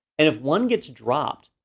and if one gets dropped,